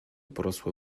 porosłe